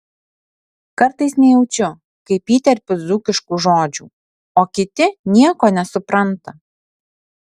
kartais nejaučiu kaip įterpiu dzūkiškų žodžių o kiti nieko nesupranta